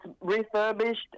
refurbished